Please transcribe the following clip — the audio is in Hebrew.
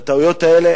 והטעויות האלה,